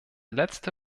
letzte